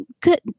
good